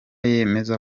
yemeza